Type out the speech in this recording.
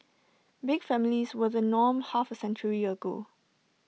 big families were the norm half A century ago